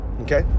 okay